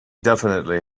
definitely